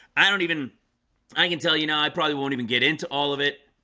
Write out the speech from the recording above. i don't even i can tell you know, i probably won't even get into all of it